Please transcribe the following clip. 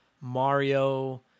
mario